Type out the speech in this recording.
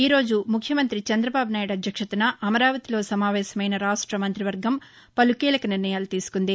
ఈ రోజు ముఖ్యమంతి చంద్రబాబునాయుడు అధ్యక్షతన అమరావతిలో సమావేశమైన రాష్ట మంతివర్గం పలు కీలక నిర్ణయాలు తీసుకుంది